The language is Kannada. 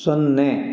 ಸೊನ್ನೆ